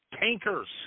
Tankers